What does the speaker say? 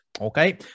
Okay